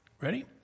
Ready